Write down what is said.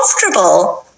comfortable